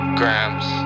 grams